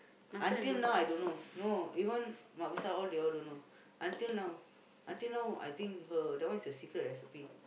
until now I don't know no even mak besar all they all don't know until now until now her I think her that one is her secret recipe